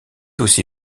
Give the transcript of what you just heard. aussi